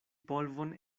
polvon